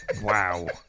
wow